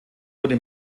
wurde